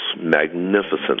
magnificent